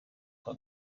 kwa